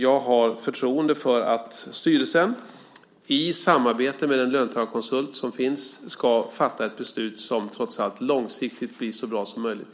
Jag har förtroende för att styrelsen i samarbete med den löntagarkonsult som finns ska fatta ett beslut som trots allt långsiktigt blir så bra som möjligt.